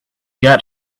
got